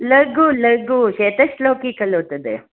लघु लघु शतश्लोकी खलु तद्